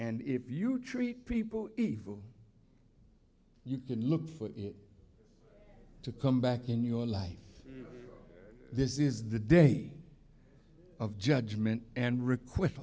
and if you treat people evil you can look for to come back in your life this is the day of judgment and requ